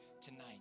tonight